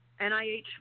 NIH